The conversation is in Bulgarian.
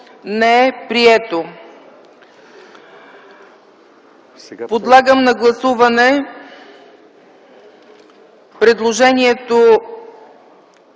не е прието. Подлагам на гласуване предложението